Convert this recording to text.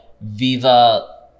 Viva